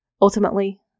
Ultimately